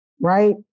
right